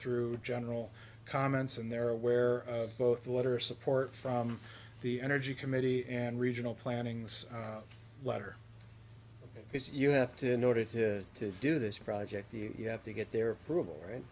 through general comments and they're aware of both the letter support from the energy committee and regional planning letter because you have to in order to to do this project you have to get their approval and